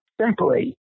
simply